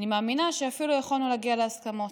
אני מאמינה שאפילו יכולנו להגיע להסכמות.